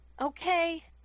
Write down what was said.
Okay